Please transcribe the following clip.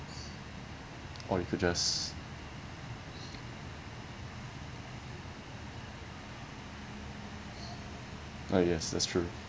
or you could just oh yes that's true